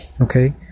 Okay